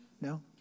No